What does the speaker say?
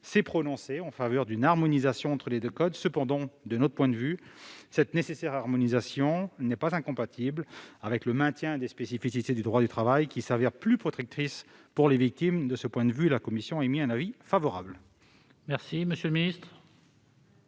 s'est prononcé en faveur d'une harmonisation entre les deux codes. Cependant, de notre point de vue, cette nécessaire harmonisation n'est pas incompatible avec le maintien des spécificités du droit du travail, qui se révèlent plus protectrices des victimes. En conséquence, la commission a émis un avis favorable